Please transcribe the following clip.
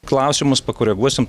klausimus pakoreguosim